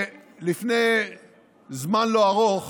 לפני זמן לא ארוך